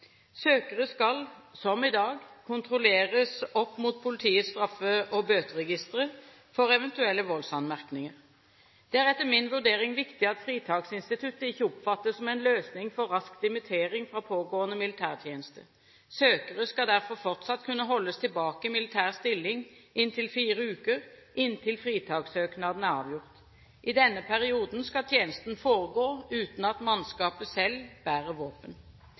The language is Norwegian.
Søkere skal, som i dag, kontrolleres opp mot politiets straffe- og bøteregistre for eventuelle voldsanmerkninger. Det er etter min vurdering viktig at fritaksinstituttet ikke oppfattes som en løsning for rask dimittering fra pågående militærtjeneste. Søkere skal derfor fortsatt kunne holdes tilbake i militær stilling i inntil fire uker til fritakssøknaden er avgjort. I denne perioden skal tjenesten foregå uten at mannskapet selv bærer våpen.